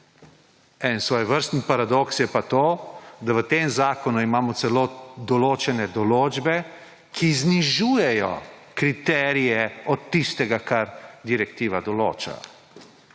en svojevrsten paradoks je pa to, da v tem zakonu imamo celo določene določbe, ki znižujejo kriterije od tistega, kar direktiva določa.